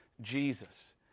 Jesus